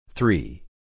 Three